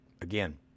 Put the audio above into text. again